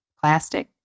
plastic